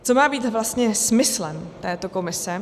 Co má být vlastně smyslem této komise?